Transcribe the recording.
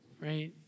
right